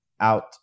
out